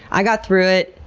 i got through it.